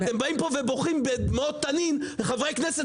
אתם באים פה ובוכים בדמעות תנין לחברי כנסת